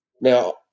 now